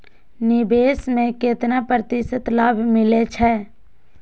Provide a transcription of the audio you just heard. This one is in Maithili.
निवेश में केतना प्रतिशत लाभ मिले छै?